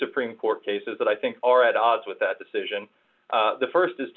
supreme court cases that i think are at odds with that decision the st is